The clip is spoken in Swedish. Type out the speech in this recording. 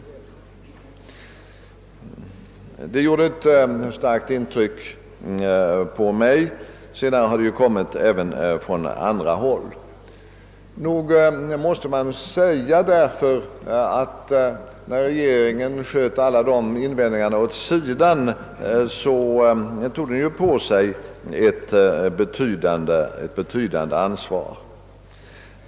Detta gjorde ett starkt intryc!- på mig. Därefter har liknande synpunkter framförts från andra håll. Nog måste man väl säga att regeringen, när den sköt alla dessa invändningar åt sidan, tog på sig ett betydande ansvar.